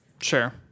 sure